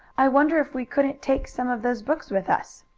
i wonder if we couldn't take some of those books with us?